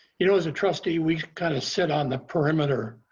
you know as a trustee, we kind of sit on the perimeter,